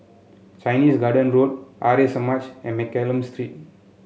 Chinese Garden Road Samaj and Mccallum Street